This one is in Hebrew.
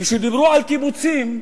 כשדיברו על קיבוצים,